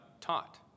taught